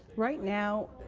right now,